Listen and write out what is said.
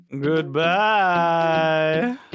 Goodbye